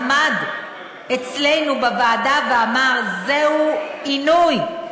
עמד אצלנו בוועדה ואמר: זהו עינוי.